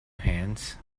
hands